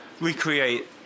recreate